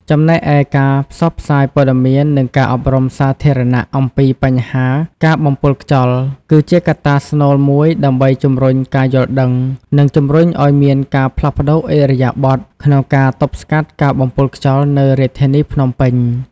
ចំណែកឯការផ្សព្វផ្សាយព័ត៌មាន និងការអប់រំសាធារណៈអំពីបញ្ហាការបំពុលខ្យល់ គឺជាកត្តាស្នូលមួយដើម្បីជំរុញការយល់ដឹង និងជំរុញឱ្យមានការផ្លាស់ប្តូរឥរិយាបថក្នុងការទប់ស្កាត់ការបំពុលខ្យល់នៅរាជធានីភ្នំពេញ។